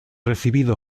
recibido